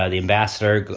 ah the ambassador,